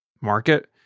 market